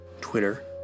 Twitter